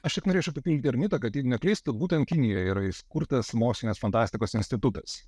aš taip norėčiau paneigti ir mitą kad jei neklystu būtent kinijoje yra sukurtas mokslinės fantastikos institutas